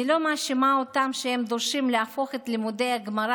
אני לא מאשימה אותם על שהם דורשים להפוך את לימודי הגמרא